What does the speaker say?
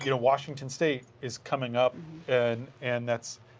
you know washington state is coming up and and that